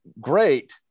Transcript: great